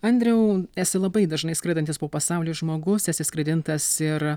andriau esi labai dažnai skraidantis po pasaulį žmogus esi skraidintas ir